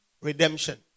redemption